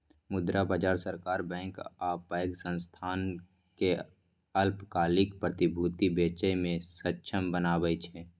मुद्रा बाजार सरकार, बैंक आ पैघ संस्थान कें अल्पकालिक प्रतिभूति बेचय मे सक्षम बनबै छै